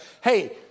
hey